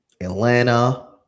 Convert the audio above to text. Atlanta